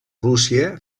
rússia